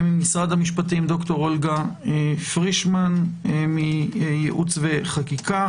ממשרד המשפטים ד"ר אולגה פרישמן מייעוץ וחקיקה.